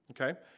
Okay